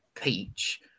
peach